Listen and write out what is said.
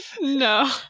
No